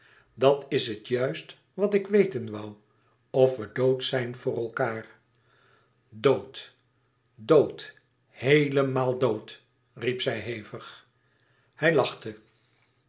dat is het juist wat ik weten woû of we dood zijn voor elkaâr dood dood heelemaal dood riep zij hevig hij lachte